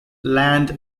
land